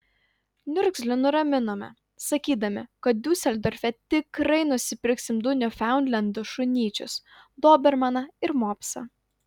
niurgzlį nuraminome sakydami kad diuseldorfe tikrai nusipirksim du niufaundlendų šunyčius dobermaną ir mopsą